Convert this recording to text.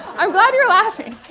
i'm glad you're laughing!